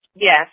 Yes